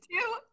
two